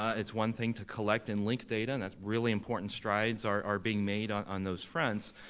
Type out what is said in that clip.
it's one thing to collect and link data, and that's really important, strides are being made on on those fronts,